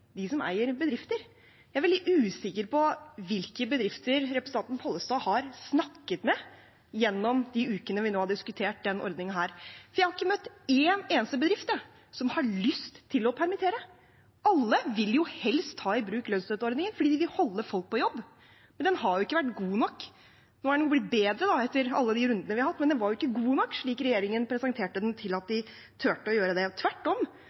som eier bedrifter? Jeg er veldig usikker på hvilke bedrifter representanten Pollestad har snakket med gjennom de ukene vi nå har diskutert denne ordningen. Jeg har ikke møtt en eneste bedrift som har lyst til å permittere; alle vil jo helst ta i bruk lønnsstøtteordningen fordi de vil holde folk på jobb, men den har ikke vært god nok. Nå er den blitt bedre, etter alle rundene vi har hatt, men den var ikke – slik regjeringen presenterte den – god nok til at de turte å gjøre det. Tvert om